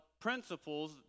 principles